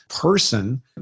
person